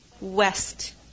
West